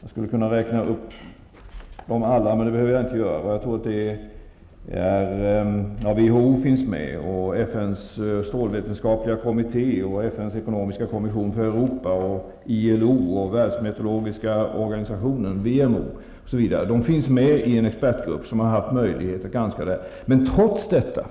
Jag skulle kunna räkna upp dem alla, men jag skall i stället ta några exempel -- WHO, FN:s strålvetenskapliga kommitté, FN:s ekonomiska kommission för Europa, ILO och Världsmeteorologiska organisationen WMO. De finns med i en expertgrupp som har haft möjligheter att granska detta. Trots detta